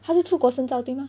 他是出国深造对吗